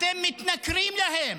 אתם מתנכרים להן.